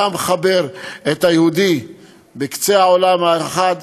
זה המחבר את היהודי בקצה העולם האחד